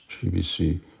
GBC